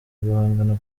guhangana